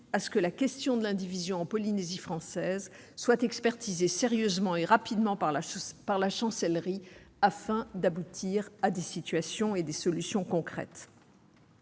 à ce que la question de l'indivision en Polynésie française soit expertisée sérieusement et rapidement par la Chancellerie afin d'aboutir à des solutions concrètes.